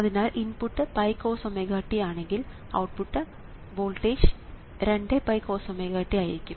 അതിനാൽ ഇൻപുട്ട് 𝜋×കോസ്⍵t ആണെങ്കിൽ ഔട്ട്പുട്ട് വോൾട്ടേജ് 2𝜋×കോസ്⍵t ആയിരിക്കും